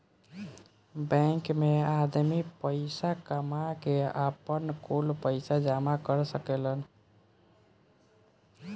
bank मे आदमी पईसा कामा के, आपन, कुल पईसा जामा कर सकेलन